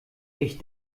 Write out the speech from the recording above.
ich